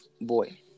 Boy